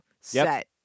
set